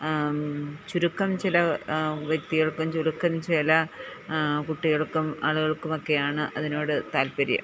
ചുരുക്കം ചില വ്യക്തികൾക്കും ചുരുക്കം ചില കുട്ടികൾക്കും ആളുകൾക്കും ഒക്കെയാണ് അതിനോട് താൽപര്യം അപ്പം